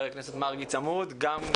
הרבה פעמים גם הסכמנו,